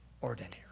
ordinary